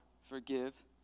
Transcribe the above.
forgive